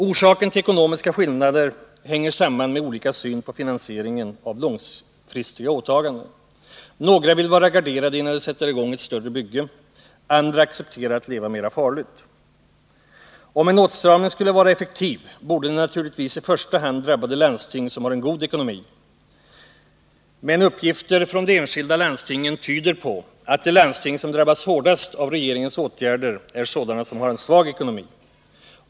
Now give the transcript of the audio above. Orsaken till ekonomiska skillnader hänger samman med olika syn på finansieringen av långfristiga åtaganden. Några vill vara garderade innan de sätter i gång ett större bygge. Andra accepterar att leva mera farligt. Om en åtstramning skulle vara effektiv borde den naturligtvis i första hand drabba de landsting som har en god ekonomi. Men uppgifter från de enskilda landstingen tyder på att de landsting som drabbas hårdast av regeringens åtgärder är sådana som har en svag ekonomi.